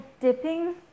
dipping